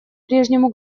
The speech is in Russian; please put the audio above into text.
прежнему